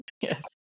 Yes